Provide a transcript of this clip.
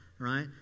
Right